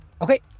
Okay